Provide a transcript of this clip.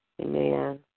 Amen